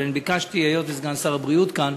אבל היות שסגן שר הבריאות כאן,